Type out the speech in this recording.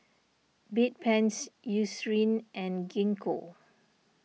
Bedpans Eucerin and Gingko